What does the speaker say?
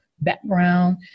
background